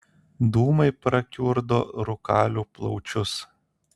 dūmai prakiurdo rūkalių plaučius